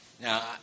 Now